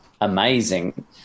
amazing